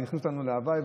זה הכניס אותנו להווי,